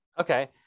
Okay